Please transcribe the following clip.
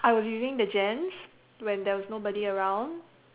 I was using the gents when there was nobody around